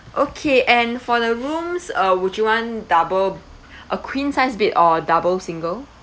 okay and for the rooms uh would you want double a queen size bed or double single